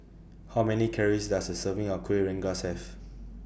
How Many Calories Does A Serving of Kuih Rengas Have